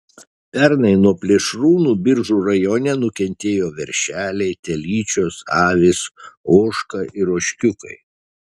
pernai nuo plėšrūnų biržų rajone nukentėjo veršeliai telyčios avys ožka ir ožkiukai